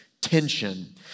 tension